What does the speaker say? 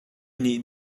nih